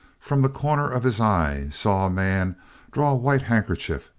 from the corner of his eye saw a man draw a white hankerchief,